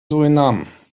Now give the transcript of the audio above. suriname